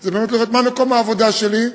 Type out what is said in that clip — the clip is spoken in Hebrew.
זה באמת לראות מה מקום העבודה שלי,